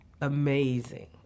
amazing